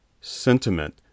sentiment